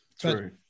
True